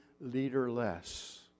leaderless